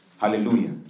Hallelujah